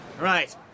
Right